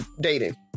dating